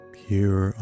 pure